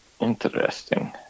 interesting